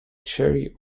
cherry